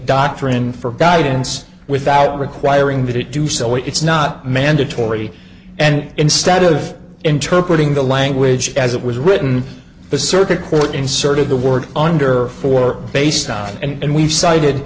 doctor in for guidance without requiring that it do so it's not mandatory and instead of interpret ing the language as it was written the circuit court inserted the word under four based on it and we've cited